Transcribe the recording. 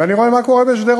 ואני רואה מה קורה בשדרות.